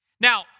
Now